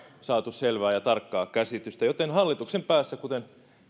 saatu selvää ja tarkkaa käsitystä joten hallituksen päässä kuten